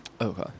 Okay